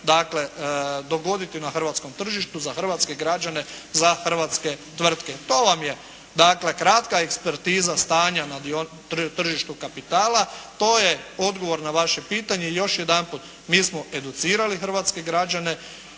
mogle dogoditi na hrvatskom tržištu za hrvatske građane, za hrvatske tvrtke. To vam je kratka ekspertiza stanja na tržištu kapitala, to je odgovor na vaše pitanje. I još jedanput. Mi smo educirali hrvatske građane